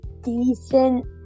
decent